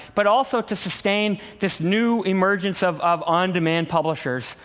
but also to sustain this new emergence of of on-demand publishers,